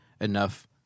enough